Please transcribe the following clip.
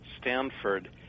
Stanford